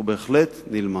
הוא בהחלט נלמד.